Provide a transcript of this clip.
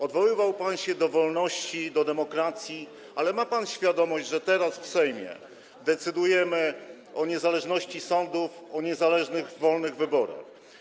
Odwoływał się pan do wolności, do demokracji, ale ma pan świadomość, że teraz w Sejmie decydujemy o niezależności sądów, o niezależnych, wolnych wyborach.